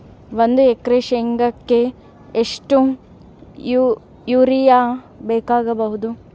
ಒಂದು ಎಕರೆ ಶೆಂಗಕ್ಕೆ ಎಷ್ಟು ಯೂರಿಯಾ ಬೇಕಾಗಬಹುದು?